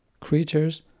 Creatures